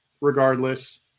regardless